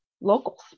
locals